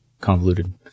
convoluted